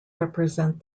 represent